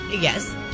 Yes